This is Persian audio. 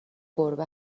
گربه